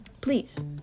Please